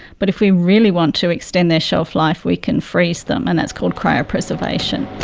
but if we really want to extend their shelf life we can freeze them and that's called cryopreservation.